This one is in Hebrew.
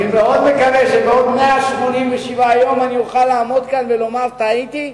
אני מאוד מקווה שבעוד 187 יום אני אוכל לעמוד כאן ולומר: טעיתי,